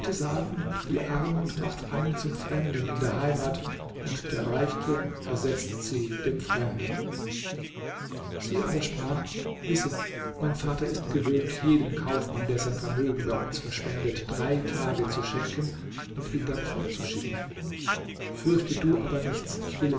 die armut macht einen zum fremden in der heimat und der reichtum ersetzt sie dem fremden sie aber sprach wisse mein vater ist gewöhnt jedem kaufmann der sein vermögen bei uns verschwendet drei tage zu schenken und ihn dann fortzuschicken fürchte du aber nichts ich will